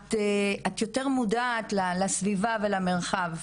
את יותר מודעת לסביבה ולמרחב,